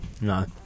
No